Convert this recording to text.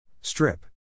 Strip